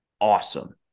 awesome